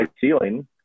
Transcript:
ceiling –